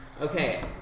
Okay